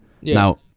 Now